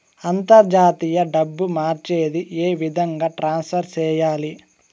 అంతర్జాతీయ డబ్బు మార్చేది? ఏ విధంగా ట్రాన్స్ఫర్ సేయాలి?